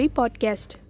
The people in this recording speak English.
podcast